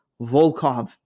Volkov